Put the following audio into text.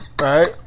right